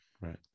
right